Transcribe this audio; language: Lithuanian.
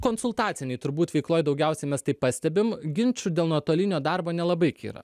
konsultacinėj turbūt veikloj daugiausiai mes tai pastebime ginčų dėl nuotolinio darbo nelabai yra